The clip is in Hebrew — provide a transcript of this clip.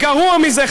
גרוע מזה,